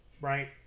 right